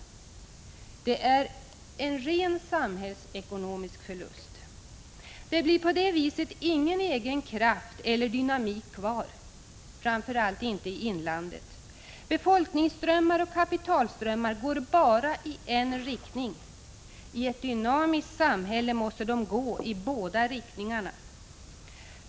Det är en ren samhällsekonomisk förlust. På det viset blir det ingen egen kraft eller dynamik kvar, framför allt inte i inlandet. Befolkningsströmmar och kapitalströmmar går bara i en riktning —i ett dynamiskt samhälle måste de gå i båda riktningarna.